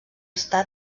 està